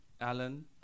Alan